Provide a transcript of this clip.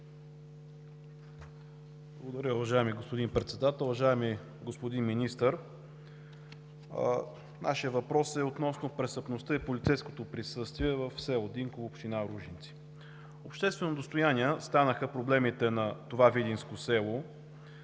Благодаря, уважаеми господин Председател. Уважаеми господин Министър, нашият въпрос е относно престъпността и полицейското присъствие в село Динково, община Ружинци. Обществено достояние станаха проблемите на това видинско село.